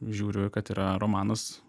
žiūriu kad yra romanas